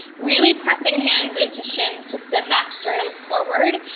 really pressing hands into shins to send that sternum forward.